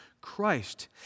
Christ